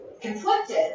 conflicted